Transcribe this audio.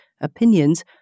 opinions